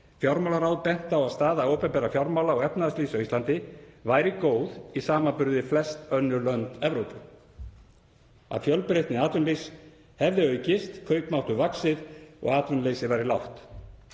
Fjármálaráð benti á að staða opinberra fjármála og efnahagslífs á Íslandi væri góð í samanburði við flest önnur lönd Evrópu, að fjölbreytni atvinnulífs hefði aukist, kaupmáttur vaxið og atvinnuleysi væri lágt,